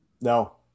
No